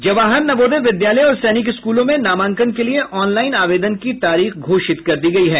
जवाहर नवोदय विद्यालय और सैनिक स्कूलों में नामांकन के लिये ऑनलाइन आवेदन की तारीख घोषित कर दी गयी है